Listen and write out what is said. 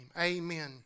amen